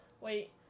Wait